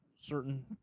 certain